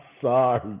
sorry